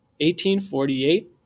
1848